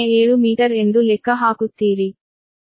07 metre ಎಂದು ಲೆಕ್ಕ ಹಾಕುತ್ತೀರಿ